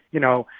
you know?